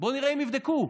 בוא נראה אם יבדקו.